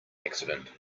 accident